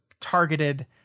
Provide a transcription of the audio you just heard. targeted